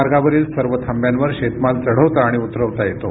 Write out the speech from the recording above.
मार्गावरील सर्व थांब्यांवर शेतमाल चढवता आणि उतरवता येतो